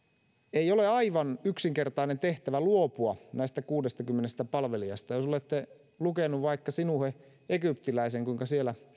ei ole aivan yksinkertainen tehtävä luopua näistä kuudestakymmenestä palvelijasta jos olette lukeneet vaikka sinuhe egyptiläisestä kuinka siellä